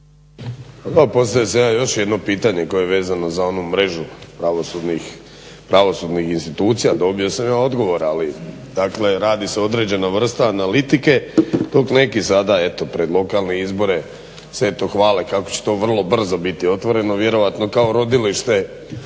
sam ja još jedno pitanje koje je vezano za onu mrežu pravosudnih institucija. Dobio sam ja odgovor, ali dakle radi se određena vrsta analitike dok neki sada eto pred lokalne izbore se eto hvale kako će to vrlo brzo biti otvoreno vjerojatno kao rodilište